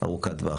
ארוכת טווח.